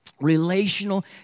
relational